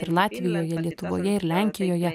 ir latvijoje lietuvoje ir lenkijoje